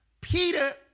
Peter